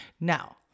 Now